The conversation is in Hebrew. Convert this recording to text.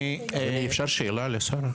אדוני, אפשר שאלה לשר?